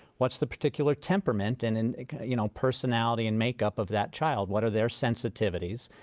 what's the particular temperament, and and you know personality and makeup of that child? what are their sensitivities?